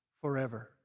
forever